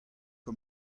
ket